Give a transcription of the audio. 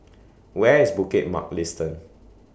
Where IS Bukit Mugliston